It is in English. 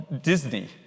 Disney